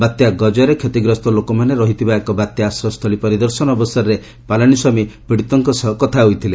ବାତ୍ୟ 'ଗଳ'ରେ କ୍ଷତିଗ୍ରସ୍ତ ଲୋକମାନେ ରହିଥିବା ଏକ ବାତ୍ୟା ଆଶ୍ରୟସ୍ଥଳୀ ପରିଦର୍ଶନ ଅବସରରେ ପାଲାନୀସ୍ୱାମୀ ପୀଡିତଙ୍କ ସହ କଥା ହୋଇଥିଲେ